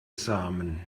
samen